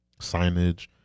signage